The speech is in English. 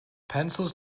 pencils